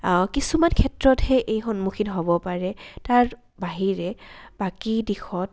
কিছুমান ক্ষেত্ৰতহে এই সন্মুখীন হ'ব পাৰে তাৰ বাহিৰে বাকী দিশত